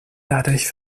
dadurch